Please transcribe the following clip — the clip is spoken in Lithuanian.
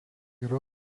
yra